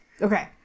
okay